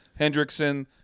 hendrickson